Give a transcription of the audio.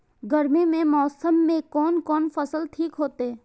गर्मी के मौसम में कोन कोन फसल ठीक होते?